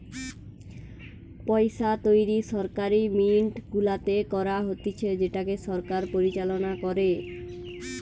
পইসা তৈরী সরকারি মিন্ট গুলাতে করা হতিছে যেটাকে সরকার পরিচালনা করে